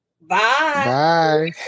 Bye